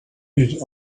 needs